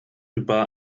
über